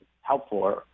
helpful